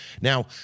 Now